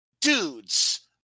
dudes